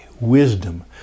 wisdom